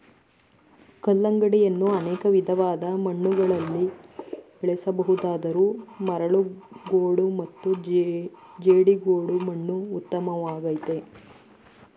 ಕಲ್ಲಂಗಡಿಯನ್ನು ಅನೇಕ ವಿಧವಾದ ಮಣ್ಣುಗಳಲ್ಲಿ ಬೆಳೆಸ ಬಹುದಾದರೂ ಮರಳುಗೋಡು ಮತ್ತು ಜೇಡಿಗೋಡು ಮಣ್ಣು ಉತ್ತಮವಾಗಯ್ತೆ